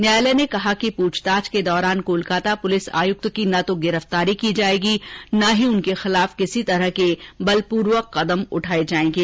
न्यायालय ने कहा कि पृछताछ के दौरान कोलकाता पुलिस आयक्त की न तो गिरफ्तारी की जाएगी और न ही उनके खिलाफ किसी तरह के बलपूर्वक कदम उठाये जाएगे